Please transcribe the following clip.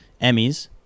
Emmys